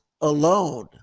alone